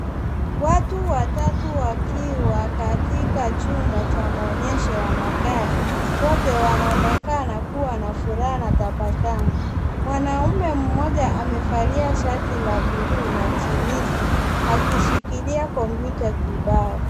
Watu watatu wakiwa katika chumba cha maonyesho ya magari, wote wanaonekana kuwa na furaha na tabasamu. Mwanamume mmoja amevalia shati la blue na jinzi akishikilia kompyuta kibao .